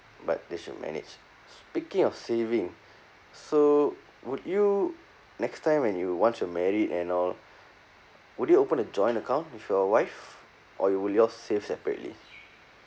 but they should manage speaking of saving so would you next time when you once you're married and all would you open a joint account with your wife or your will you all save separately